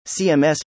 CMS